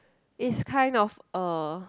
it's kind of a